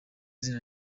izina